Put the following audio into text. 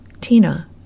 Tina